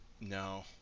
No